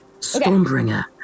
Stormbringer